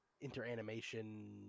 inter-animation